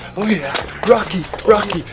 oh, yeah rocky rocky.